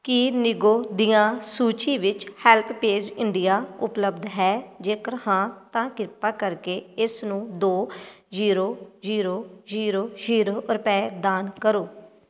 ਕੀ ਨੀਗੋ ਦਿਆਂ ਸੂਚੀ ਵਿੱਚ ਹੈਲਪ ਪੇਜ ਇੰਡੀਆ ਉਪਲੱਬਧ ਹੈ ਜੇਕਰ ਹਾਂ ਤਾਂ ਕਿਰਪਾ ਕਰਕੇ ਇਸ ਨੂੰ ਦੋ ਜੀਰੋ ਜੀਰੋ ਜੀਰੋ ਰੁਪਏ ਦਾਨ ਕਰੋ